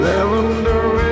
Lavender